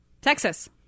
Texas